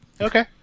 Okay